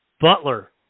Butler